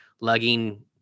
lugging